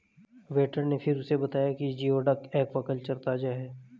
waiter ने फिर उसे बताया कि जिओडक एक्वाकल्चर ताजा है